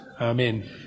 Amen